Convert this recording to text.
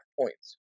points